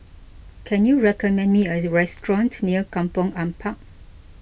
can you recommend me a restaurant near Kampong Ampat